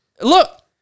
look